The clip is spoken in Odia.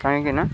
କହିଁକିନା